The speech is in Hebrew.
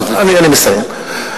אני מסיים.